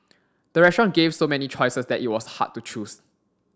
the restaurant gave so many choices that it was hard to choose